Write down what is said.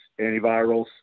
antivirals